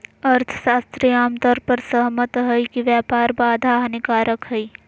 अर्थशास्त्री आम तौर पर सहमत हइ कि व्यापार बाधा हानिकारक हइ